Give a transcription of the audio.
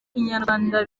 kinyarwanda